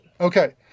Okay